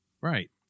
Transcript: right